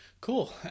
Cool